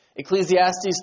Ecclesiastes